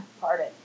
Pardon